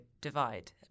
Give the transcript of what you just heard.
divide